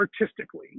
artistically